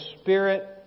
Spirit